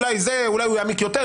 אולי הוא יעמיק יותר,